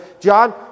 John